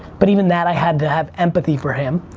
but even that i had to have empathy for him.